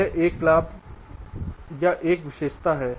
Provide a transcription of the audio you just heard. यह एक लाभ या एक विशेषता है